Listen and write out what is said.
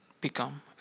become